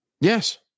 Yes